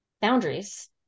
boundaries